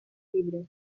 llibre